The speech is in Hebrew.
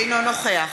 אינו נוכח